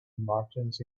martians